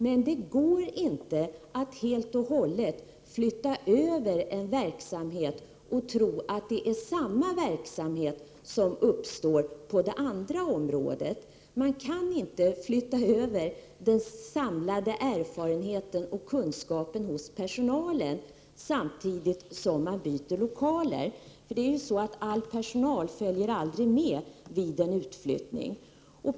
Men det går inte att helt och hållet flytta över en verksamhet och tro att det är samma verksamhet som uppstår på en annan ort. Man kan inte flytta över den samlade erfarenheten och kunskapen hos personalen samtidigt som man byter lokaler. All personal följer aldrig med vid en utflyttning.